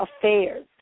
Affairs